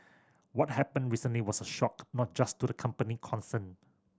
what happened recently was a shock not just to the company concerned